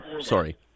sorry